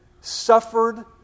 suffered